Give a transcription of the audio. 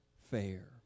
fair